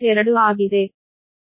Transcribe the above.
2 ಆಗಿದೆ